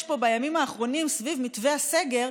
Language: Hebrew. פה בימים האחרונים סביב מתווה הסגר,